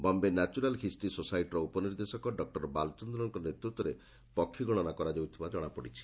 Bombay natural history ସୋସାଇଟିର ଉପନିର୍ଦ୍ଦେଶକ doctor ବାଲଚନ୍ଦ୍ରନ୍ଙ୍କ ନେତୂତ୍ୱରେ ପକ୍ଷୀ ଗଣନା କରାଯାଉଛି ବୋଲି ଜଣାପଡ଼ିଛି